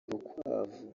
urukwavu